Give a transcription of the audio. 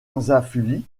fit